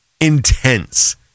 intense